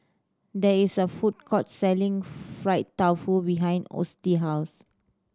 there is a food court selling fried tofu behind house